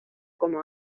como